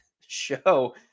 show